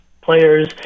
players